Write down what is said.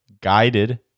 guided